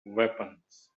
weapons